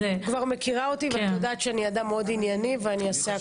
את כבר מכירה אותי ואת יודעת שאני אדם מאוד ענייני ואני אעשה הכול.